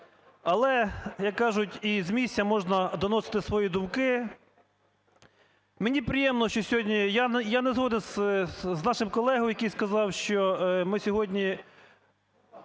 Але, як кажуть, і з місця можна доносити свої думки. Мені приємно, що сьогодні… я не згоден з нашим колегою, який сказав, що ми сьогодні